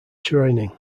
training